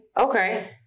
Okay